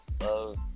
love